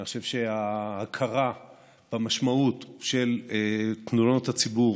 אני חושב שההכרה במשמעות של תלונות הציבור,